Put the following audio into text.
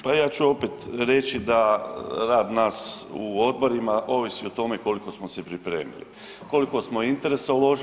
Pa ja ću opet reći da rad nas u odborima ovisi o tome koliko smo se pripremili, koliko smo interesa uložili.